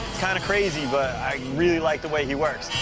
kind of crazy but i really like the way he works.